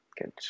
good